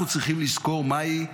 אנחנו צריכים לזכור מהו